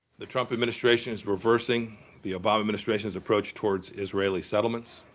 the trump administration is reversing the obama administration's approach towards israeli settlements.